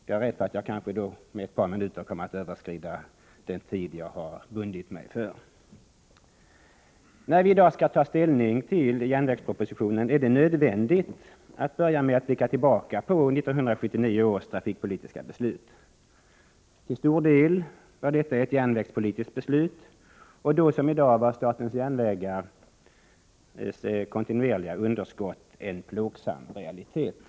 Jag är rädd för att jag kanske med ett par minuter kommer att överskrida den taletid som jag bundit mig för. När vi i dag skall ta ställning till järnvägspropositionen, är det nödvändigt att börja med att blicka tillbaka på 1979 års trafikpolitiska beslut. Till stor del var detta ett järnvägspolitiskt beslut. Då, liksom i dag, var statens järnvägars kontinuerliga underskott en plågsam realitet.